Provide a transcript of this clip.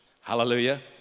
Hallelujah